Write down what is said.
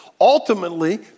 ultimately